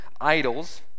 idols